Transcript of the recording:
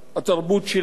התרבות שלנו,